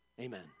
Amen